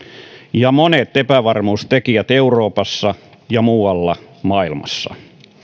ja monet epävarmuustekijät euroopassa ja muualla maailmassa